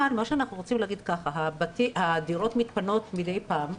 אבל הדירות מתפנות מדי פעם,